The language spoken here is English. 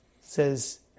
says